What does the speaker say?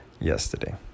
yesterday